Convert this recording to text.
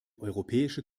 europäische